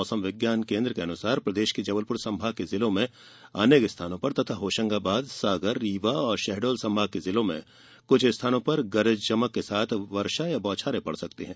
मौसम विज्ञान केन्द्र के अनुसार प्रदेश के जबलपुर संभाग के जिलों में अनेक स्थानों पर तथा होशंगाबाद सागर रीवा एवं शहडोल संभाग के जिलों में क्छ स्थानों पर गरज चमक के साथ वर्षा या बौछारें पड़ सकती है